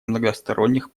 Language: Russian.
многосторонних